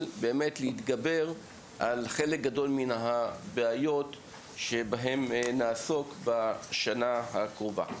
באמת להתגבר על חלק גדול מן הבעיות שבהם נעסוק בשנה הקרובה.